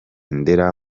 ndera